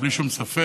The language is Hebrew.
בלי שום ספק,